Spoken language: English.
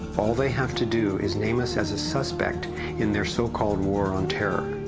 all they have to do, is name us as a suspect in their so-called war on terror.